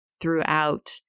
throughout